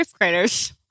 graders